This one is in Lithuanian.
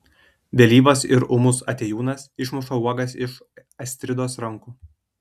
vėlyvas ir ūmus atėjūnas išmuša uogas iš astridos rankų